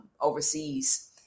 overseas